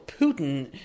Putin